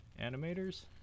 animators